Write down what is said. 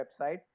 website